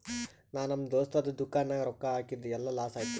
ನಾ ನಮ್ ದೋಸ್ತದು ದುಕಾನ್ ನಾಗ್ ರೊಕ್ಕಾ ಹಾಕಿದ್ ಎಲ್ಲಾ ಲಾಸ್ ಆಯ್ತು